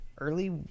early